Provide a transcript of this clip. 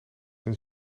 een